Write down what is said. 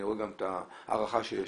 אני רואה גם את ההערכה שיש,